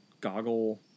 goggle